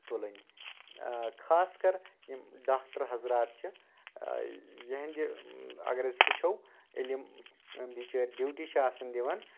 تُلٕنۍ خاص کر یِم ڈاکٹر حضرات چھِ یِہنٛدِ اَگر أسۍ وٕچھو ییٚلہِ یِم بِچٲرۍ ڈیوٹی چھِ آسان دِوان